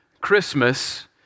Christmas